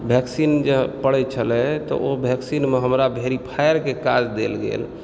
vaccine जे पड़य छलह तऽ ओ वैक्सिनमे हमरा वेरिफायरके काज देल गेल